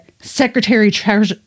secretary